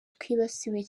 twibasiwe